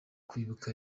kwibuka